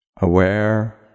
Aware